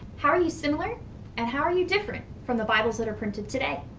how are you similar and how are you different from the bibles that are printed today?